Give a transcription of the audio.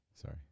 Sorry